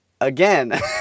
Again